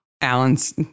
Alan's